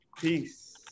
peace